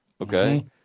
Okay